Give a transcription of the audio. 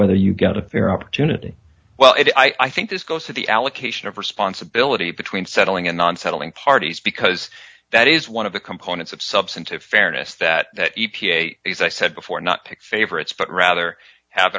whether you get a fair opportunity well i think this goes to the allocation of responsibility between settling in and settling parties because that is one of the components of substantive fairness that e p a as i said before not pick favorites but rather have